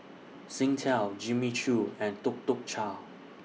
Singtel Jimmy Choo and Tuk Tuk Cha